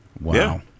Wow